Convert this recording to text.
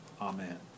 Amen